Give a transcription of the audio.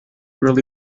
really